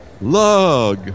Lug